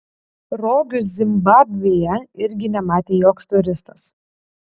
rogių zimbabvėje irgi nematė joks turistas